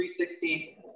3:16